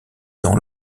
dans